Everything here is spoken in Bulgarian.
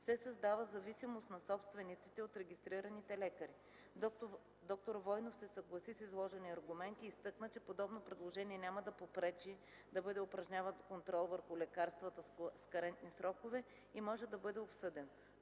се създава зависимост на собствениците от регистрираните лекари. Доктор Войнов се съгласи с изложения аргумент и изтъкна, че подобно предложение няма да попречи да бъде упражняван контрол върху лекарствата с карентни срокове и може да бъде обсъдено.